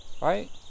Right